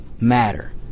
matter